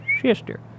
sister